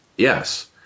Yes